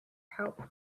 help